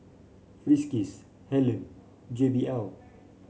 Friskies Helen J B L